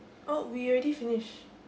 oh we already finished